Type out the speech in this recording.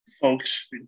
Folks